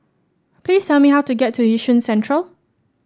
please tell me how to get to Yishun Central